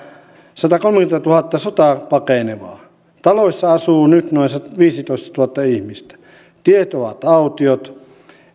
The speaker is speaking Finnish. satakolmekymmentätuhatta sotaa pakenevaa taloissa asuu nyt noin viisitoistatuhatta ihmistä tiet ovat autiot